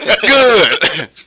Good